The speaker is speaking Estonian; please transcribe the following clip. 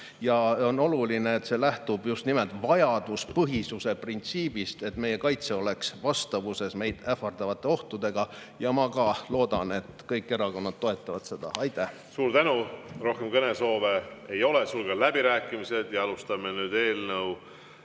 on. On oluline, et see lähtub just nimelt vajaduspõhisuse printsiibist, et meie kaitse oleks vastavuses meid ähvardavate ohtudega. Ma loodan, et kõik erakonnad toetavad seda. Aitäh! Suur tänu! Rohkem kõnesoove ei ole. Sulgen läbirääkimised. Siis on